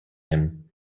him